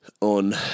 on